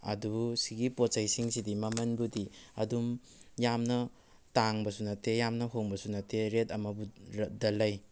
ꯑꯗꯨ ꯁꯤꯒꯤ ꯄꯣꯠꯆꯩ ꯁꯤꯡꯁꯤꯗꯤ ꯃꯃꯟꯕꯨꯗꯤ ꯑꯗꯨꯝ ꯌꯥꯝꯅ ꯇꯥꯡꯕꯁꯨ ꯅꯠꯇꯦ ꯌꯥꯝꯅ ꯍꯣꯡꯕꯁꯨ ꯅꯠꯇꯦ ꯔꯦꯠ ꯑꯃꯗ ꯂꯩ